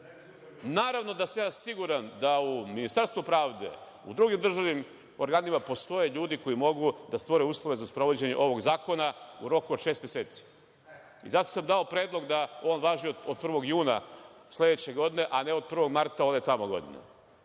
Naravno da sam ja siguran da u Ministarstvu pravde, u drugim državnim organima postoje ljudi koji mogu da stvore uslove za sprovođenje ovog zakona u roku od šest meseci. Zato sam dao predlog da on važi od 1. juna sledeće godine, a ne od 1. marta one tamo godine. Razlog